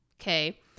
Okay